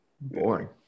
Boring